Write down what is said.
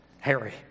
Harry